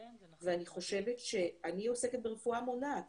אני חושבת שאני עוסקת ברפואה מונעת